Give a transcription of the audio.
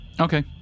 Okay